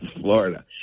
Florida